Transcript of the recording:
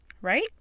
Right